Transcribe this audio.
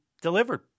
delivered